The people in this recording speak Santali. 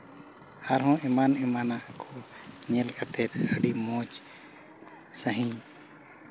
ᱟᱨᱦᱚᱸ ᱮᱢᱟᱱ ᱮᱢᱟᱱᱟᱜ ᱠᱚ ᱧᱮᱞ ᱠᱟᱛᱮ ᱟᱹᱰᱤ ᱢᱚᱡᱽ ᱥᱟᱺᱦᱤᱡ